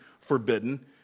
forbidden